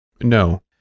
No